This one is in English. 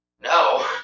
no